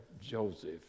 Joseph